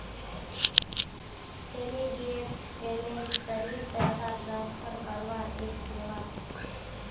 immediate payment service पैसा transfer करवार एक सेवा छ